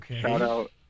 Shout-out